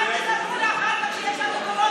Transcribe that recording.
ואל תספרו לי אחר כך שיש לנו קורונה